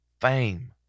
fame